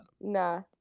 Nah